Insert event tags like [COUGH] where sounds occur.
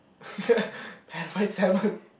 [LAUGHS] yeah pan fried salmon